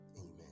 amen